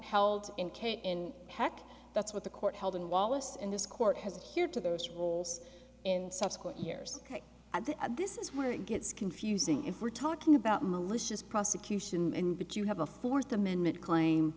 held in case in heck that's what the court held in wallace and this court has appeared to those roles in subsequent years at the at this is where it gets confusing if we're talking about malicious prosecution and did you have a fourth amendment claim